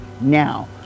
now